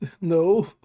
No